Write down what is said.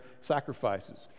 sacrifices